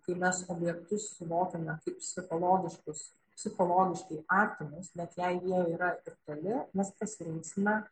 kai mes objektus suvokiame kaip psichologiškus psichologiškai artimus net jei jie yra ir toli mes pasirinksime